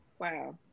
wow